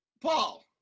paul